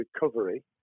recovery